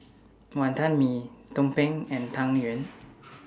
Wonton Mee Tumpeng and Tang Yuen